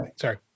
Sorry